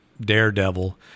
daredevil –